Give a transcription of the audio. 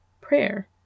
prayer